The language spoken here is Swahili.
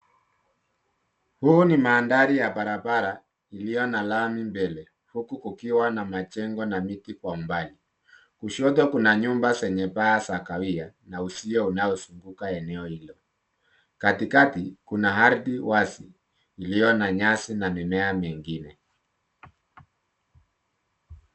Huu ni mandhari ya barabara iliyo na lami mbele huku kukiwa na majengo na miti kwa umbali, kushoto kuna nyumba zenye paa za kahawia na uzio unaozunguka eneo hilo. Katikati kuna ardhi wazi iliyo na nyasi na mimea mengine.